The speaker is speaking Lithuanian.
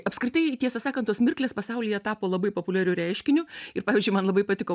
apskritai tiesą sakant tos mirklės pasaulyje tapo labai populiariu reiškiniu ir pavyzdžiui man labai patiko